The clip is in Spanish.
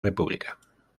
república